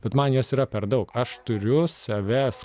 bet man jos yra per daug aš turiu savęs